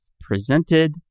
presented